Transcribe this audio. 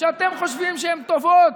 שאתם חושבים שהן טובות,